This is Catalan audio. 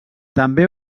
també